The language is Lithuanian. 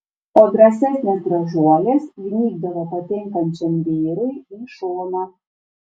o drąsesnės gražuolės gnybdavo patinkančiam vyrui į šoną